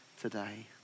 today